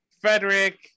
Frederick